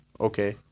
okay